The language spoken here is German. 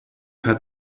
hat